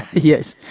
yes,